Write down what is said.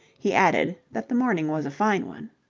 he added that the morning was a fine one.